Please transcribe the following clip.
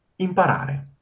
Imparare